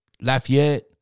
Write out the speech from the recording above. Lafayette